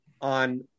on